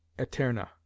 Eterna